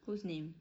whose name